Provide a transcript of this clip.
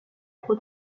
pro